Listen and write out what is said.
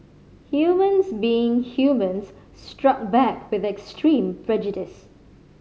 humans being humans struck back with extreme prejudice